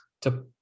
to-